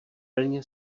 plně